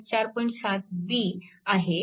7 b आहे